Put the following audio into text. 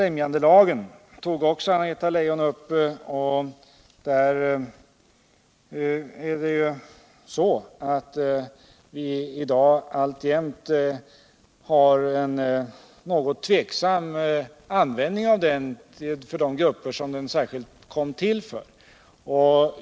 Anna-Greta Leijon tog också upp främjandelagen. Vi har i dag alltjämt en något tveksam användning av den för de grupper som den kom till för.